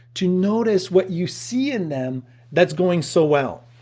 to notice what you see in them that's going so well